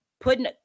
putting